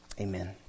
Amen